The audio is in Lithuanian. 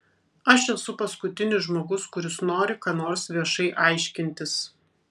aš esu paskutinis žmogus kuris nori ką nors viešai aiškintis